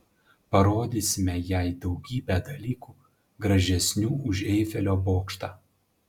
parodysime jai daugybę dalykų gražesnių už eifelio bokštą